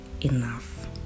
enough